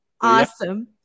awesome